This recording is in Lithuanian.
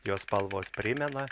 jos spalvos primena